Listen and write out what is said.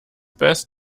best